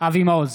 אבי מעוז,